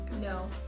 no